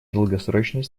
долгосрочной